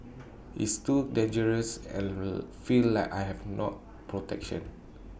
it's too dangerous and feel like I have no protection